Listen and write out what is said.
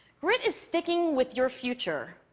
grit is sticking with your future,